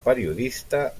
periodista